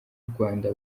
rwanda